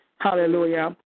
Hallelujah